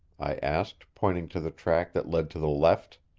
i asked pointing to the track that led to the left.